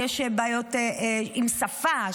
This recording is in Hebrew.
יש בעיות עם שפה,